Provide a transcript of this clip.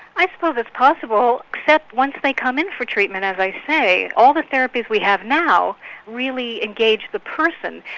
i suppose it's possible, except once they come in for treatment, as i say, all the therapies that we have now really engage the person.